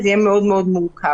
יהיה דבר מאוד מאוד מורכב.